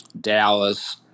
Dallas